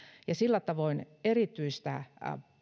ja sillä tavoin erityistä